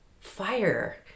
fire